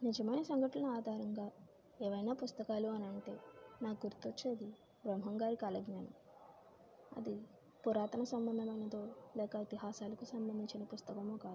నిజమైన సంఘటనలు ఆధారంగా ఏవైనా పుస్తకాలు అనంటే నాకు గుర్తొచ్చేది బ్రహ్మంగారి కాలజ్ఞానం అది పురాతన సంబంధమైనదో లేక ఇతిహాసాలకు సంబంధించిన పుస్తకమో కాదు